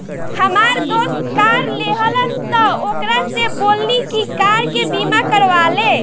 हामार दोस्त कार लेहलस त ओकरा से बोलनी की कार के बीमा करवा ले